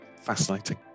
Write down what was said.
fascinating